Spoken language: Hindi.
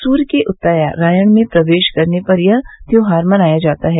सूर्य के उत्तरायण में प्रवेश करने पर यह त्योहार मनाया जाता है